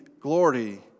glory